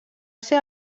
ser